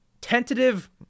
tentative